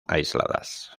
aisladas